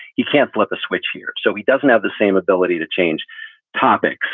you can't flip a switch here. so he doesn't have the same ability to change topics.